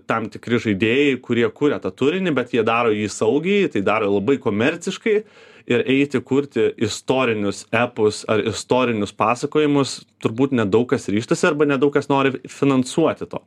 tam tikri žaidėjai kurie kuria tą turinį bet jie daro jį saugiai tai daro labai komerciškai ir eiti kurti istorinius epus ar istorinius pasakojimus turbūt nedaug kas ryžtasi arba nedaug kas nori finansuoti to